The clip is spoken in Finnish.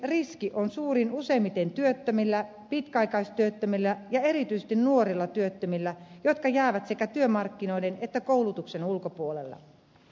syrjäytymisriski on suurin useimmiten työttömillä pitkäaikaistyöttömillä ja erityisesti nuorilla työttömillä jotka jäävät sekä työmarkkinoiden että koulutuksen ulkopuolelle